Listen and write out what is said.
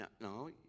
No